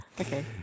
okay